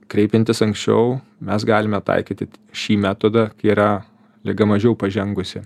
kreipiantis anksčiau mes galime taikyti šį metodą kai yra liga mažiau pažengusi